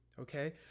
Okay